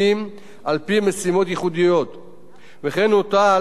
וכן הוטל על הנציב לקבוע מהי הכשירות הנדרשת,